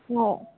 हो